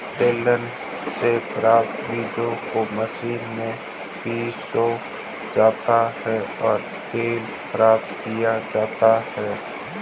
तिलहन से प्राप्त बीजों को मशीनों में पिरोया जाता है और तेल प्राप्त किया जाता है